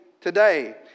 today